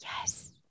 yes